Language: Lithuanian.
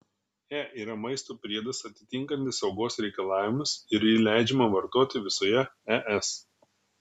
e yra maisto priedas atitinkantis saugos reikalavimus ir jį leidžiama vartoti visoje es